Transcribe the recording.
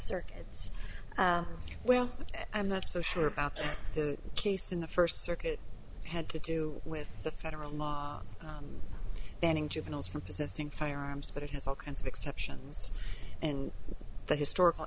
circuit well i'm not so sure about that the case in the first circuit had to do with the federal law banning juveniles from possessing firearms but it has all kinds of exceptions and the historical